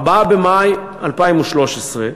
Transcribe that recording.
4 במאי 2013,